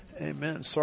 amen